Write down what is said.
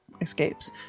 escapes